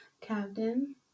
Captain